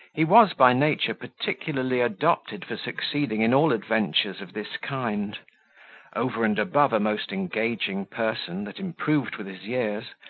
he was by nature particularly adopted for succeeding in all adventures of this kind over and above a most engaging person that improved with his years,